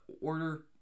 Order